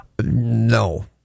No